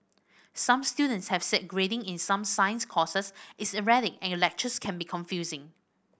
some students have said grading in some science courses is erratic and lectures can be confusing